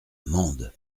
mende